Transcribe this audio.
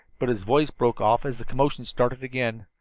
but his voice broke off as the commotion started again.